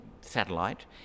satellite